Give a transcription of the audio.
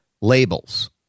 labels